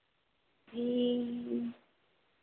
जी